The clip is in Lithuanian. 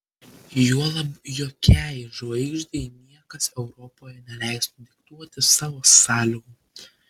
juolab jokiai žvaigždei niekas europoje neleistų diktuoti savo sąlygų